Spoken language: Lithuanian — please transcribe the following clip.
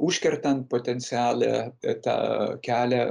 užkertant potencialią tą kelią